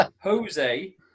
Jose